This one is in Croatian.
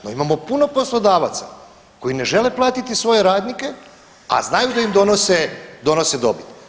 No, imamo puno poslodavaca koji ne žele platiti svoje radnike, a znaju da im donose dobit.